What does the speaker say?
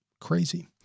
crazy